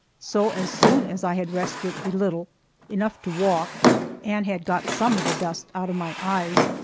so as soon as i had rested a little enough to walk and had got some of the dust out of my eyes,